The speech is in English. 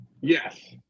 Yes